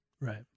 Right